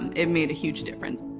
it made a huge difference.